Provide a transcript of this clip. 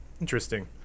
Interesting